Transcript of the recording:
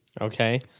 Okay